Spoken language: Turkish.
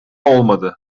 olmadı